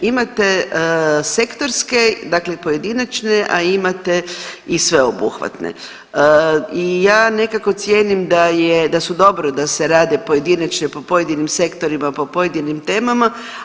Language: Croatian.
Imate sektorske, dakle pojedinačne, a imate i sveobuhvatne i ja nekako cijenim da su dobro da se rade pojedinačne po pojedinim sektorima, po pojedinim temama.